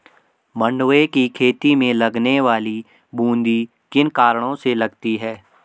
मंडुवे की खेती में लगने वाली बूंदी किन कारणों से लगती है?